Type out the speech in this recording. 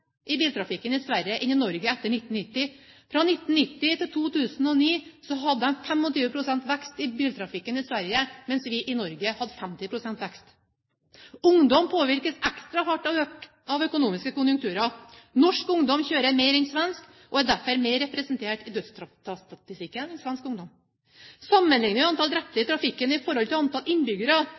i biltrafikken i Sverige enn i Norge etter 1990. Fra 1990 til 2009 hadde de 25 pst. vekst i biltrafikken i Sverige, mens vi i Norge hadde 50 pst. vekst. Ungdom påvirkes ekstra hardt av økonomiske konjunkturer. Norsk ungdom kjører mer enn svensk ungdom og er derfor mer representert i dødsstatistikken enn dem. Sammenligner vi antallet drepte i trafikken i forhold til antallet innbyggere,